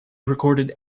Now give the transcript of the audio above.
recorded